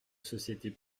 sociétés